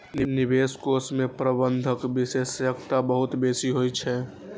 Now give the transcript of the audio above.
निवेश कोष मे प्रबंधन विशेषज्ञता बहुत बेसी होइ छै